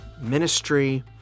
ministry